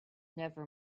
never